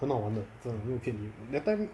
很好玩的真的没有骗你 that time